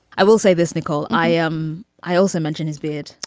i will say this, nicole. i am. i also mentioned his beard.